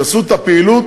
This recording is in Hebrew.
שיעשו את הפעילות,